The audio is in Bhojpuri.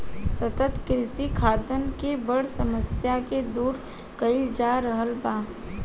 सतत कृषि खाद्यान के बड़ समस्या के दूर कइल जा रहल बा